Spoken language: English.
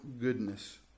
goodness